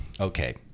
okay